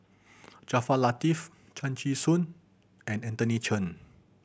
Jaafar Latiff Chan Chee Soon and Anthony Chen